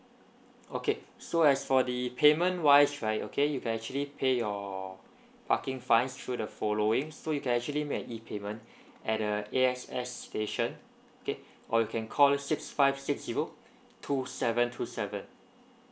okay so as for the payment wise right okay you can actually pay your parking fines through the following so you can actually make e payment at the A_X_S station okay or you can call six five six zero two seven two seven